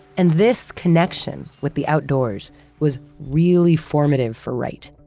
and this connection with the outdoors was really formative for wright.